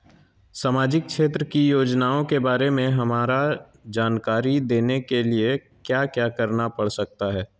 सामाजिक क्षेत्र की योजनाओं के बारे में हमरा जानकारी देने के लिए क्या क्या करना पड़ सकता है?